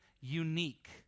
unique